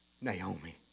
Naomi